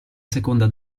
seconda